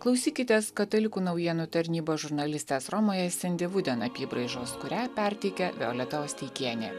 klausykitės katalikų naujienų tarnybos žurnalistės romoje sindy vuden apybraižos kurią perteikia violeta osteikienė